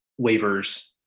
waivers